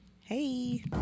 Hey